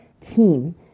team